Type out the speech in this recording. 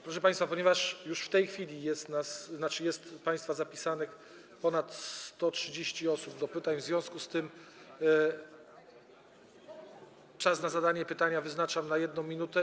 Proszę państwa, ponieważ już w tej chwili jest z państwa zapisanych ponad 130 osób do pytań, w związku z tym czas na zadanie pytania wyznaczam na 1 minutę.